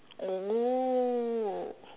oh